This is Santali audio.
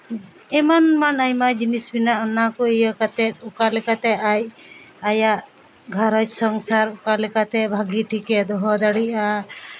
ᱮᱢᱟᱱ ᱮᱢᱟᱱ ᱟᱭᱢᱟ ᱡᱤᱱᱤᱥ ᱨᱮᱱᱟᱜ ᱚᱱᱟ ᱠᱚ ᱤᱭᱟᱹ ᱠᱟᱛᱮᱫ ᱚᱠᱟ ᱞᱮᱠᱟᱛᱮ ᱟᱡ ᱟᱭᱟᱜ ᱜᱷᱟᱨᱚᱸᱡᱽ ᱥᱚᱝᱥᱟᱨ ᱚᱠᱟ ᱞᱮᱠᱟᱛᱮ ᱵᱷᱟᱹᱜᱤ ᱴᱷᱤᱠᱮ ᱫᱚᱦᱚ ᱫᱟᱲᱮᱭᱟᱜᱼᱟ